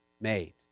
made